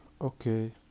Okay